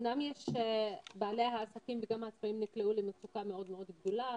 אמנם יש בעלי עסקים וגם העצמאים נקלעו למצוקה מאוד מאוד גדולה,